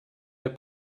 der